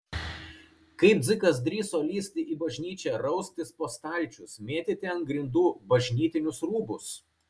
kaip dzikas drįso lįsti į bažnyčią raustis po stalčius mėtyti ant grindų bažnytinius rūbus